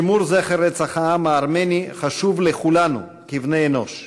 שימור זכר רצח העם הארמני חשוב לכולנו כבני-אנוש,